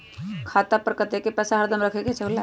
खाता पर कतेक पैसा हरदम रखखे के होला?